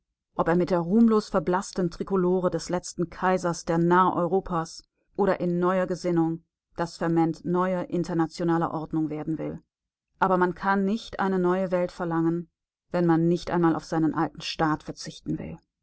ob er mit der ruhmlos verblaßten trikolore des letzten kaisers der narr europas oder in neuer gesinnung das ferment neuer internationaler ordnung werden will aber man kann nicht eine neue welt verlangen wenn man nicht einmal auf seinen alten staat verzichten will